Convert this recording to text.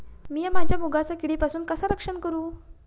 मीया माझ्या मुगाचा किडीपासून कसा रक्षण करू?